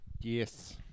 yes